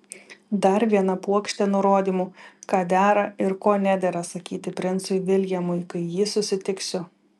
dar viena puokštė nurodymų ką dera ir ko nedera sakyti princui viljamui kai jį susitiksiu